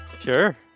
Sure